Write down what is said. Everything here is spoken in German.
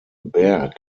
berg